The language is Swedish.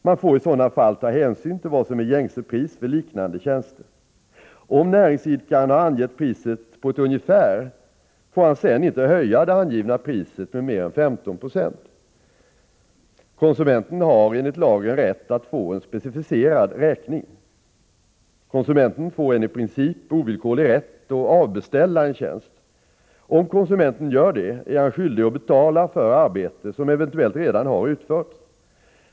Man får i sådana fall ta hänsyn till vad som är gängse pris för liknande tjänster. Om näringsidkaren har angett priset på ett ungefär, får han sedan inte höja det angivna priset med mer än 15 96. Konsumenten har enligt lagen rätt att få en specificerad räkning. Konsumenten får en i princip ovillkorlig rätt att avbeställa en tjänst. Om konsumenten gör det, är han skyldig att betala för arbete som eventuellt redan har utförts.